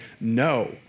no